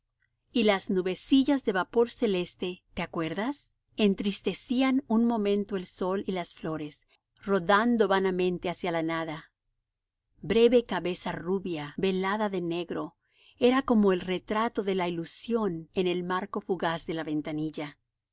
y las nubecillas de vapor celeste te acuerdas entristecían un momento el sol y las flores rodando vanamente hacia la nada breve cabeza rubia velada de negro era como el retrato de la ilusión en el marco fugaz de la ventanilla